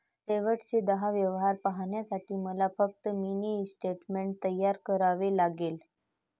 शेवटचे दहा व्यवहार पाहण्यासाठी मला फक्त मिनी स्टेटमेंट तयार करावे लागेल